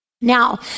Now